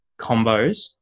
combos